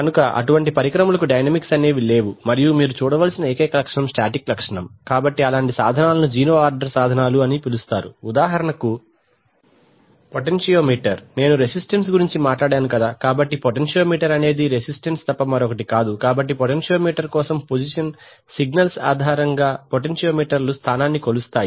కనుక అటువంటి పరికరములకు డైనమిక్స్ అనేవి లేవు మరియు మీరు చూడవలసిన ఏకైక లక్షణం స్టాటిక్ లక్షణం కాబట్టి అలాంటి సాధనాలను జీరో ఆర్డర్ సాధనములు అని పిలుస్తారు ఉదాహరణకు పొటెన్షియో మీటర్ నేను రెసిస్టెన్స్ గురించి మాట్లాడాను కదా కాబట్టి పొటెన్షియో మీటర్ అనేది రెసిస్టెన్స్ తప్ప మరొకటి కాదు కాబట్టి పొటెన్షియో మీటర్ కోసం పొజిషన్ సిగ్నల్స్ సాధారణంగా పొటెన్షియో మీటర్లు స్థానాన్ని కొలుస్తాయి